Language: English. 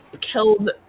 killed